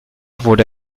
wurde